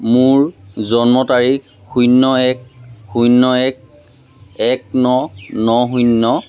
মোৰ জন্ম তাৰিখ শূন্য এক শূন্য এক এক ন ন শূন্য